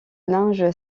linge